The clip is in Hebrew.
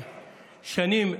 שנים,